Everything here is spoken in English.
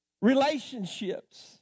relationships